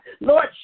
Lord